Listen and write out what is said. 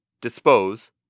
Dispose